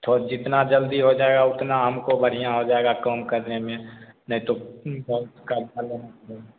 थोड़ा जितना जल्दी हो जाएगा उतना हमको बढ़िया हो जाएगा काम करने में नहीं तो